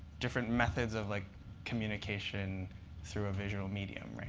different methods of like communication through a visual medium.